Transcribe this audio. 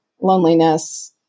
loneliness